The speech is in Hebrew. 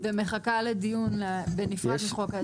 ומחכה לדיון בנפרד מחוק ההסדרים.